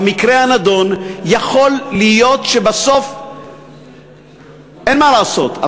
במקרה הנדון יכול להיות שבסוף אין מה לעשות,